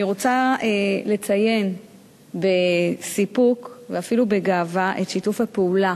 אני רוצה לציין בסיפוק ואפילו בגאווה את שיתוף הפעולה